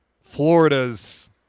Florida's